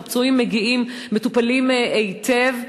הפצועים מגיעים מטופלים היטב.